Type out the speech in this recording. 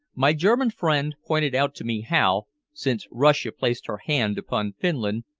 my german friend pointed out to me how, since russia placed her hand upon finland,